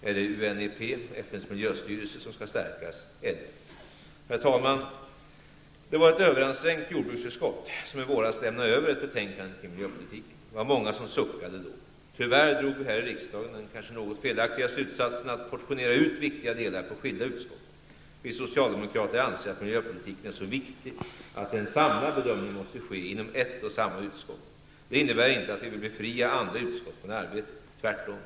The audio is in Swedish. Är det, UNEP, FNs miljöstyrelse, som skall stärkas? Herr talman! Det var ett överansträngt jordbruksutskott som i våras lämnade över ett betänkande kring miljöpolitiken. Många suckade då. Tyvärr drog man här i riksdagen den kanske något felaktiga slutsatsen att portionera ut viktiga delar på skilda utskott. Vi socialdemokrater anser att miljöpolitiken är så viktig att en samlad bedömning måste ske inom ett och samma utskott. Det innebär inte att vi vill befria andra utskott från arbete -- tvärtom.